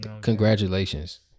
Congratulations